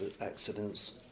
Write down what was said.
accidents